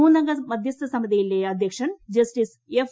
മൂന്നംഗ മധ്യസ്ഥ സമിതിയിലെ അധ്യക്ഷൻ ജസ്റ്റിസ് എഫ്